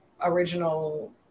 original